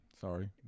sorry